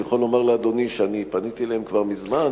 אני יכול לומר לאדוני שפניתי אליהם כבר מזמן,